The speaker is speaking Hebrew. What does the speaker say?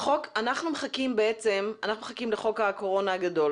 אנחנו מחכים לחוק הקורונה הגדול.